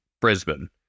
Brisbane